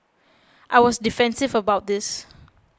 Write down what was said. I was defensive about this